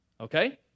okay